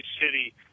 City